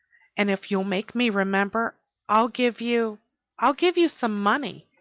and if you'll make me remember, i'll give you i'll give you some money.